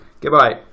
goodbye